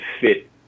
fit